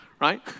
right